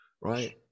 right